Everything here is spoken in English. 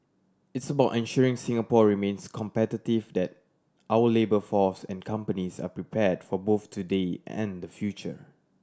it's about ensuring Singapore remains competitive that our labour force and companies are prepared for both today and the future